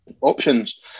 options